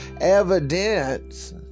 evidence